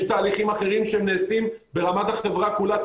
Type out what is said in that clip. יש תהליכים אחרים שהם נעשים ברמת החברה כולה,